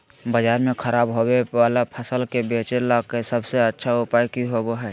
बाजार में खराब होबे वाला फसल के बेचे ला सबसे अच्छा उपाय की होबो हइ?